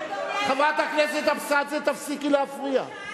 חברת הכנסת אבסדזה, תפסיקי להפריע.